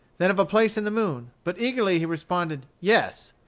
than of a place in the moon. but eagerly he responded, yes,